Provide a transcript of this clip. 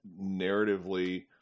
narratively